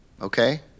okay